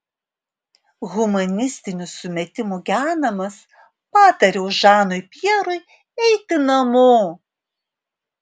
humanistinių sumetimų genamas patariau žanui pjerui eiti namo